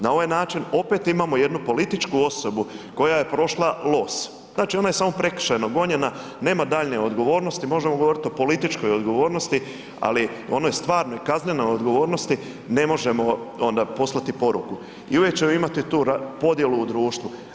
Na ovaj način opet imamo jednu političku osobu koja je prošla los, znači ona je samo prekršajno gonjena, nema daljnje odgovornosti, možemo govoriti o političkoj odgovornosti ali onoj stvarnoj kaznenoj odgovornosti, ne možemo onda poslati poruku i uvijek ćemo imati tu podjelu u društvu.